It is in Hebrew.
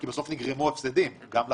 כי בסוף נגרמו הפסדים גם לכם,